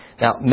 Now